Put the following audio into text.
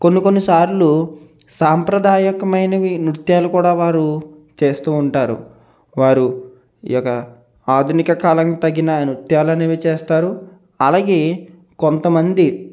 కొన్ని కొన్ని సార్లు సాంప్రదాయకమైన నృత్యాలు కూడా వరు చేస్తు ఉంటారు వారు ఈ యొక్క ఆధునిక కాలానికి తగిన నృత్యాలు అనేవి చేస్తారు అలాగే కొంతమంది